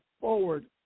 forward